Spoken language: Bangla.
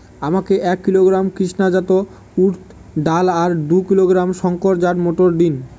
আমাকে এক কিলোগ্রাম কৃষ্ণা জাত উর্দ ডাল আর দু কিলোগ্রাম শঙ্কর জাত মোটর দিন?